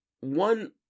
one